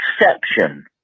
exception